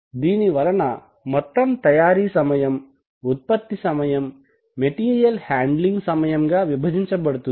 దీనివలన మొత్తం తయారీ సమయం ఉత్పత్తి సమయం మెటీరియల్ హండ్లింగ్ సమయం గా విభజించబడుతుంది